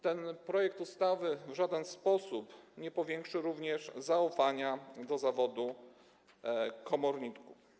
Ten projekt ustawy w żaden sposób nie zwiększy również zaufania do zawodu komornika.